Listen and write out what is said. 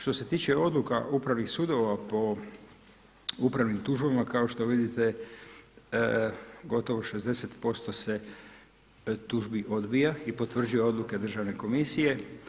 Što se tiče odluka upravnih sudova po upravnim tužbama, kao što vidite gotovo 60% tužbi se odbija i potvrđuje odluke Državne komisije.